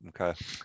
Okay